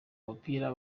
mupira